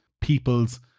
people's